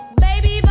baby